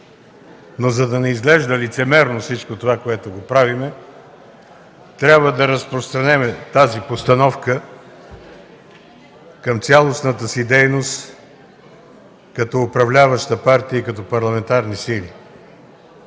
За да не изглежда лицемерно всичко това, което правим, трябва да разпространим тази постановка към цялостната си дейност като управляваща партия и парламентарни сили.